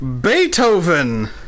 beethoven